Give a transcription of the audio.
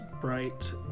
bright